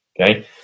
Okay